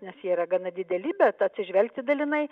nes jie yra gana dideli bet atsižvelgti dalinai